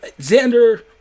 Xander